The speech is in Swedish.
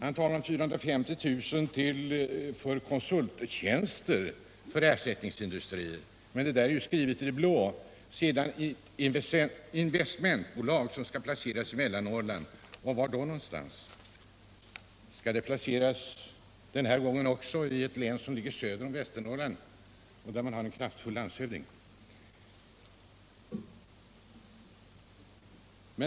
Han talar om 450 000 kr. för konsulttjänster i syfte att skapa ersättningsindustrier i Ådalen. Men det är ju skrivet i det blå. Vidare skall ett investmentbolag placeras i Mellannorrland. Var någonstans? Skall det också denna gång placeras i ett län som ligger söder om Västernorrland och där man har en kraftfull landshövding?